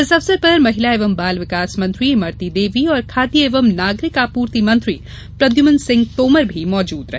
इस अवसर पर महिला एवं बाल विकास मंत्री इमरती देवी और खाद्य एवं नागरिक आपूर्ति मंत्री प्रद्यम्न सिंह तोमर भी मौजूद रहे